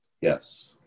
yes